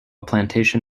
plantation